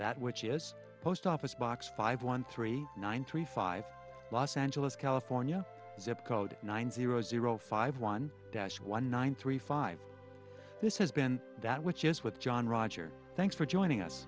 that which is post office box five one three nine three five los angeles california zip code nine zero zero five one dash one nine three five this has been that which is with john roger thanks for joining us